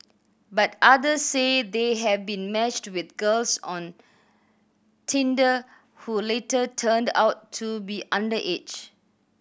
but others say they have been matched with girls on Tinder who later turned out to be underage